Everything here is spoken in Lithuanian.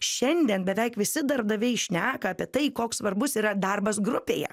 šiandien beveik visi darbdaviai šneka apie tai koks svarbus yra darbas grupėje